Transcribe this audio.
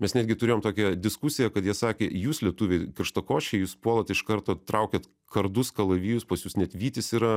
mes netgi turėjom tokią diskusiją kad jie sakė jūs lietuviai karštakošiai jūs puolat iš karto traukiat kardus kalavijus pas jus net vytis yra